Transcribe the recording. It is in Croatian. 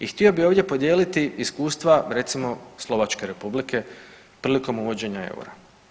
I htio bih ovdje podijeliti iskustva recimo Slovačke Republike prilikom uvođenja eura.